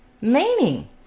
Meaning